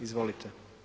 Izvolite.